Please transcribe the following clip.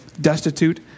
destitute